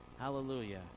Hallelujah